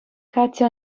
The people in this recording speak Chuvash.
катя